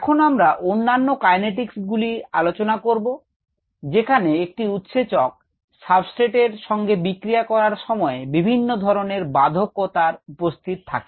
এখন আমরা অন্যান্য কাইনেটিকস গুলি আলোচনা করবো যেখানে একটি উৎসেচক সাবস্ট্রেট এর সঙ্গে বিক্রিয়া করার সময় বিভিন্ন ধরনের বাধকতার উপস্থিত থাকে